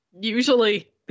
usually